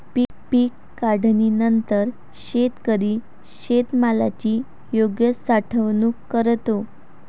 पीक काढणीनंतर शेतकरी शेतमालाची योग्य साठवणूक करतो